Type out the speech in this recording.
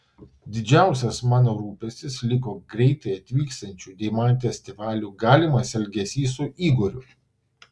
didžiausias mano rūpestis liko greitai atvykstančių deimantės tėvelių galimas elgesys su igoriu